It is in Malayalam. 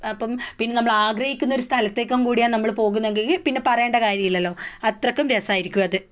അപ്പം പിന്നെ നമ്മൾ ആഗ്രഹിക്കുന്ന ഒരു സ്ഥലത്തേക്കും കൂടിയാണ് നമ്മൾ പോകുന്നതെങ്കിൽ പിന്നെ പറയേണ്ട കാര്യമില്ലല്ലോ അത്രയ്ക്കും രസമായിരിക്കും അത്